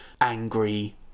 Angry